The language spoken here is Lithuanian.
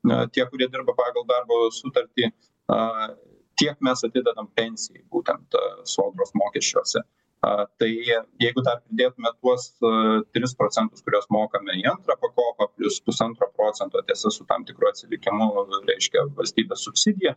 na tie kurie dirba pagal darbo sutartį a tiek mes atidedam pensijai būtent sodros mokesčiuose a tai jeigu dar pridėtumėt tuos a tris procentus kuriuos mokame į antrą pakopą plius pusantro procento tiesa su tam tikru atsilikimu reiškia valstybės subsidija